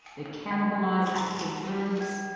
they cannibalize active verbs,